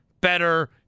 better